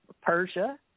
Persia